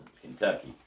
Kentucky